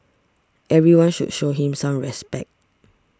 everyone should show him some respect